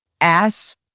ass